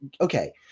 Okay